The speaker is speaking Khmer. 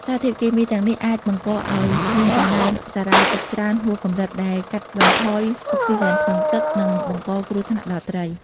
សារធាតុគីមីទាំងនេះអាចបង្កឱ្យមានកំណើនសារ៉ាយទឹកច្រើនហួសប្រមាណ ដែលកាត់បន្ថយអុកស៊ីហ្សែនក្នុងទឹក និងបង្កគ្រោះថ្នាក់ដល់ត្រី។